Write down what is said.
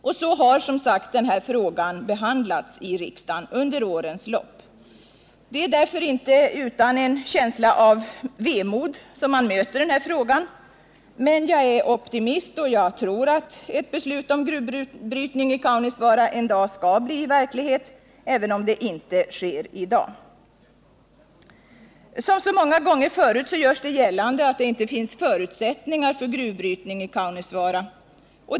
Och så har som sagt den här frågan behandlats i riksdagen under årens lopp. Det är därför inte utan en känsla av vemod som man möter frågan, men jag är optimist, och jag hoppas att ett beslut om gruvbrytning i Kaunisvaara en dag skall bli verklighet, även om det inte sker i dag. Som så många gånger förut görs det gällande att det inte finns förutsättningar för gruvbrytning i Kaunisvaara.